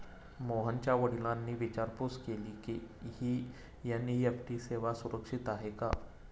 मोहनच्या वडिलांनी विचारपूस केली की, ही एन.ई.एफ.टी सेवा सुरक्षित आहे का?